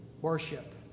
Worship